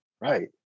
Right